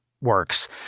works